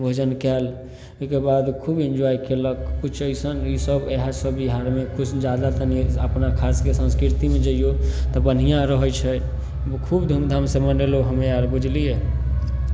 भोजन कयल ओहिके बाद खूब इन्जॉय कयलक किछु अइसन ईसभ इएहसभ बिहारमे किछु ज्यादा तनी अपना खास कऽ संस्कृतिमे जैयौ तऽ बढ़िआँ रहै छै खूब धूमधामसँ मनयलहुँ हमे आर बुझलियै